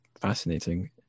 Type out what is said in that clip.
fascinating